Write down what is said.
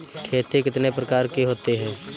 खेती कितने प्रकार की होती है?